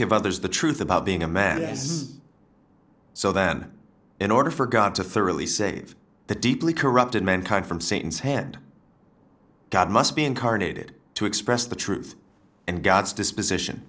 give others the truth about being a man is so then in order for god to thoroughly save the deeply corrupted mankind from satan's hand god must be incarnated to express the truth and god's disposition